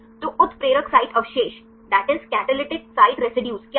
तो उत्प्रेरक साइट अवशेष क्या है